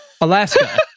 Alaska